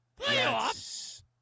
Playoffs